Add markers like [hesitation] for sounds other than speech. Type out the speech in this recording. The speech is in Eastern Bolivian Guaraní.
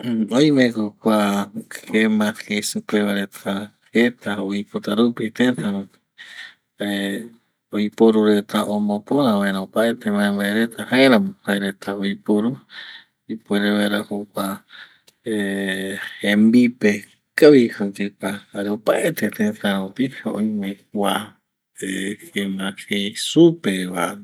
Oime ko kua gema jei supe va reta jeta oipota rupi teta rupi [hesitation] oiporu reta omopora vaera opaete maembae reta jaeramo ko jae reta oiporu ipuere vaera jokua [hesitation] jembipe ikavi oyekua jare opaete teta rupi oime kua [hesitation] gema jei supe va